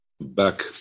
back